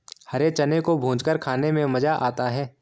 हरे चने को भूंजकर खाने में मज़ा आता है